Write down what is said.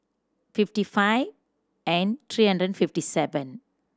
fifty five and three hundred fifty seven